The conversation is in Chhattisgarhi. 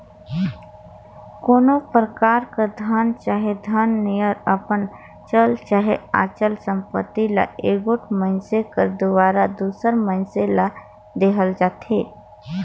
कोनो परकार कर धन चहे धन नियर अपन चल चहे अचल संपत्ति ल एगोट मइनसे कर दुवारा दूसर मइनसे ल देहल जाथे